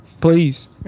please